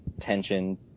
tension